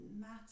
matter